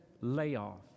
layoff